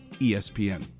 ESPN